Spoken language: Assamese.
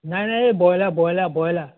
নাই নাই এই বইলাৰ বইলাৰ বইলাৰ